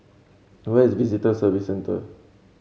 where is Visitor Service Centre